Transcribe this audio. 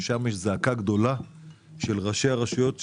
ושם יש זעקה גדולה של ראשי העיריות.